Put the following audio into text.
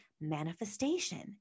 manifestation